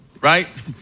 Right